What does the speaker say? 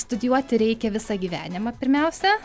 studijuoti reikia visą gyvenimą pirmiausia